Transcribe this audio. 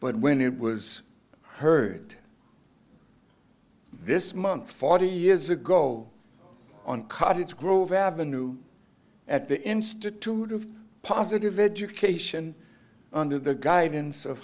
but when it was heard this month forty years ago on cottage grove avenue at the institute of positive indication under the guidance of